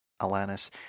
Alanis